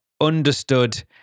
Understood